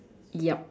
yup